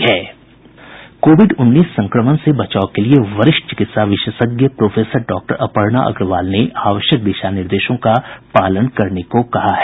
Covid उन्नीस संक्रमण से बचाव के लिए वरिष्ठ चिकित्सा विशेषज्ञ प्रोफेसर डॉक्टर अपर्णा अग्रवाल ने आवश्यक दिशा निर्देशों का पालन करने को कहा है